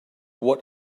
what